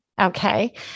Okay